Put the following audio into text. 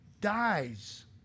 dies